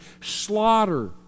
slaughter